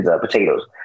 potatoes